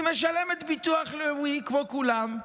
היא משלמת ביטוח לאומי כמו כולם,